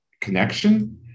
connection